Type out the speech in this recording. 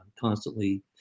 constantly